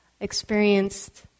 experienced